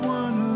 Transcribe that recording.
one